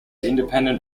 independent